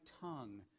tongue